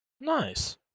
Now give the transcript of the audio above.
Nice